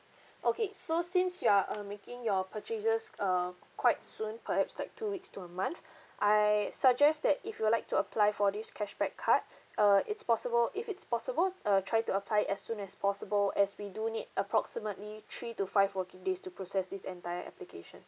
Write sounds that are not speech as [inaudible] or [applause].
okay so since you are uh making your purchases err quite soon perhaps like two weeks to a month [breath] I suggest that if you like to apply for this cashback card uh it's possible if it's possible uh try to apply it as soon as possible as we do need approximately three to five working days to process this entire application